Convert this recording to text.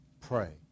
Pray